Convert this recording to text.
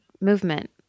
movement